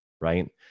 right